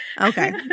Okay